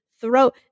throw